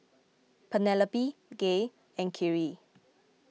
Penelope Gay and Khiry